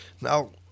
now